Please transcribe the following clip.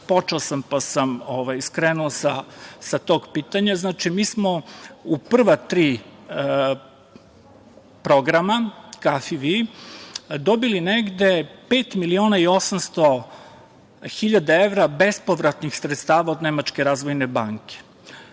sam pa sam skrenuo sa pitanja KFV 5, mi smo u prva tri programa KFV dobili negde pet miliona i 800 hiljada evra bespovratnih sredstava od Nemačke razvojne banke